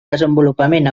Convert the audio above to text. desenvolupament